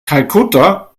kalkutta